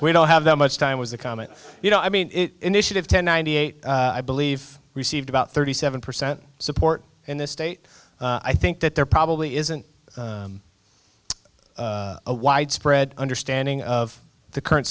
we don't have that much time was the comment you know i mean initiative ten ninety eight i believe received about thirty seven percent support in this state i think that there probably isn't a widespread understanding of the current